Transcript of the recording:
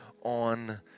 on